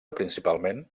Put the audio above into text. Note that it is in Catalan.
principalment